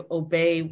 obey